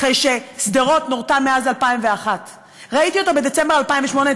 אחרי ששדרות נורתה מאז 2001. ראיתי אותו בדצמבר 2008,